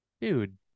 Dude